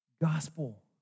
Gospel